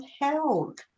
held